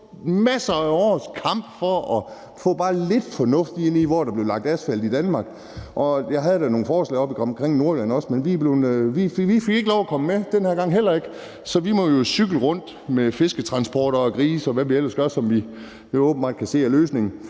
masser af års kamp for at få bare lidt fornuft ind i, hvor der blev lagt asfalt i Danmark, får mere asfalt. Jeg havde da nogle forslag i forhold til Nordjylland også, men vi fik ikke lov at komme med, heller ikke den her gang, så vi må jo cykle rundt med fisketransport og grise, og hvad vi ellers gør, som man åbenbart kan se er løsningen.